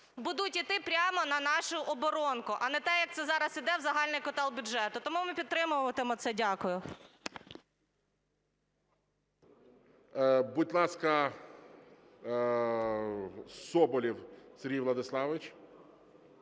будуть іти прямо на нашу оборонку, а не те, як це зараз іде в загальний котел бюджету. Тому ми підтримуємо це. Дякую. ГОЛОВУЮЧИЙ. Будь ласка, Соболєв Сергій Владиславович.